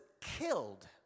killed